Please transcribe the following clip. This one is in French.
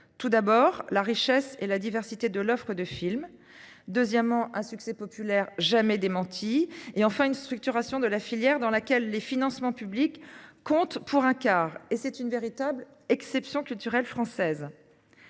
Tout d'abord la richesse et la diversité de l'offre de films. Deuxièmement, un succès populaire jamais démenti, et enfin une structuration de la filière dans laquelle les financements publics compte pour un quart et c'est une véritable exception culturelle française.